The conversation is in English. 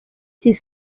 his